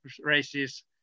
races